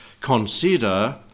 consider